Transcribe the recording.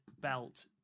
belt